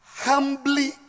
Humbly